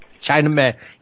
Chinaman